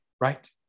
Right